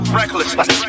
reckless